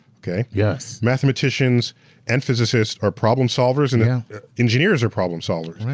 okay? yes. mathematicians and physicists are problem solvers, and yeah engineers are problem solvers.